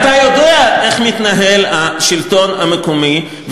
אתה יודע איך מתנהל השלטון המקומי,